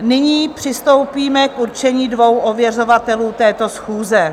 Nyní přistoupíme k určení dvou ověřovatelů této schůze.